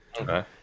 Okay